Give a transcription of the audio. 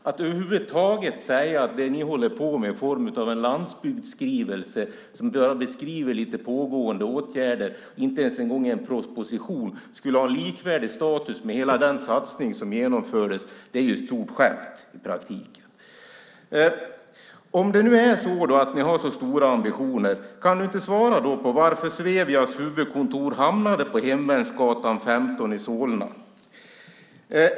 Att över huvud taget säga att det ni håller på med i form av en landsbygdsskrivelse som beskriver pågående åtgärder och inte ens är en proposition skulle ha likvärdig status med den satsning som genomfördes är ett stort skämt. Om ni nu har så stora ambitioner kan väl ministern svara på varför Svevias huvudkontor hamnade på Hemvärnsgatan 15 i Solna.